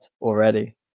already